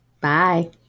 bye